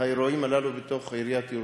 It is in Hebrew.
האירועים הללו בתוך עיריית ירושלים.